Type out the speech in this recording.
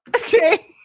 Okay